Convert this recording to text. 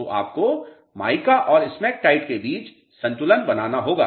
तो आपको माइका और स्मेकटाइट के बीच संतुलन बनाना होगा